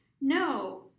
no